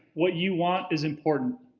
what you want is important.